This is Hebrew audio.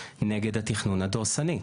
המחאה נגד התכנון הדורסני.